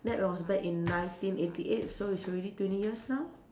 that was back in nineteen eighty eight so it's already twenty years now